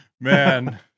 man